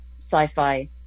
sci-fi